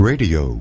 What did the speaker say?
Radio